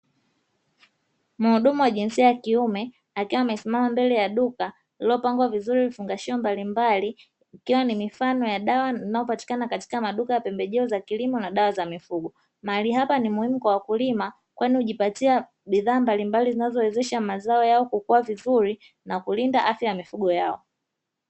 Mhudumu wa jinsia ya kiume akiwa amesimama mbele ya duka lililopangwa vizuri vifungashio mbalimbali, ikiwa ni mifano ya dawa zinazopatikana katika maduka ya pembejeo za kilimo na dawa za mifugo, mahali hapa ni muhimu kwa wakulima kwani hujipatia bidhaa mbalimbali zinazowezesha mazao yao kukua vizuri na kulinda afya ya mifugo yao.